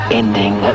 ending